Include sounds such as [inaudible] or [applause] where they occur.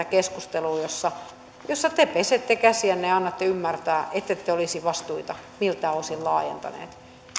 [unintelligible] keskustelua jossa jossa te pesette käsiänne ja annatte ymmärtää ettette te olisi vastuita miltään osin laajentaneet